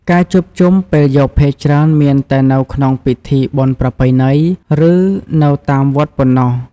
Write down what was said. ការជួបជុំពេលយប់ភាគច្រើនមានតែនៅក្នុងពិធីបុណ្យប្រពៃណី ឬនៅតាមវត្តប៉ុណ្ណោះ។